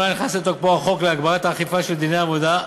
באחרונה נכנס לתוקפו החוק להגברת האכיפה של דיני העבודה,